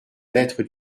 lettre